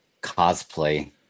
cosplay